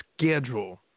schedule